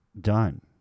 done